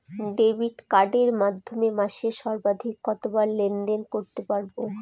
Debit কার্ডের মাধ্যমে মাসে সর্বাধিক কতবার লেনদেন করতে পারবো?